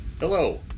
Hello